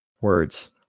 words